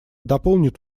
дополнит